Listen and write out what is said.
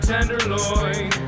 Tenderloin